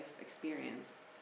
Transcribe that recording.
experience